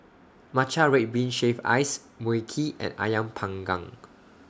Matcha Red Bean Shaved Ice Mui Kee and Ayam Panggang